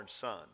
son